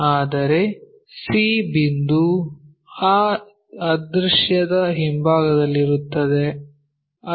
ಆದರೆ c ಬಿಂದು ಆ ಅದೃಶ್ಯದ ಹಿಂಭಾಗದಲ್ಲಿರುತ್ತದೆ